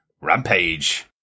Rampage